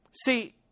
See